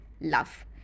love